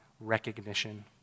recognition